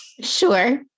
Sure